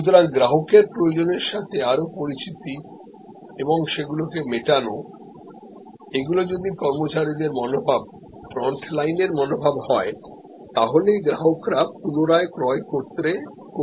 সুতরাং গ্রাহকের প্রয়োজনের সাথে আরও পরিচিতি এবং সে গুলোকে মেটানো এগুলো যদি কর্মচারীদের মনোভাব ফ্রন্ট লাইনের মনোভাব হয় তাহলেই গ্রাহকরা পুনরায় ক্রয় করতে আগ্রহী হবেন